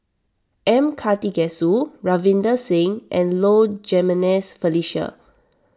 M Karthigesu Ravinder Singh and Low Jimenez Felicia